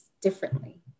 differently